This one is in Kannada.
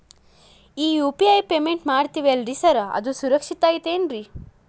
ಈ ಯು.ಪಿ.ಐ ಪೇಮೆಂಟ್ ಮಾಡ್ತೇವಿ ಅಲ್ರಿ ಸಾರ್ ಅದು ಸುರಕ್ಷಿತ್ ಐತ್ ಏನ್ರಿ?